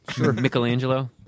Michelangelo